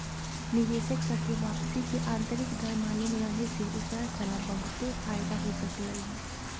निवेशक स के वापसी के आंतरिक दर मालूम रहे से ओकरा स ला बहुते फाएदा हो सकलई ह